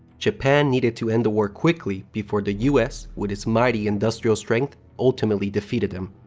japan needed to end the war quickly before the us, with its mighty industrial strength, ultimately defeated them.